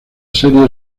serie